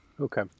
okay